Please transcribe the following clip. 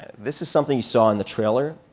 this is something you saw in the trailer.